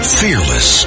fearless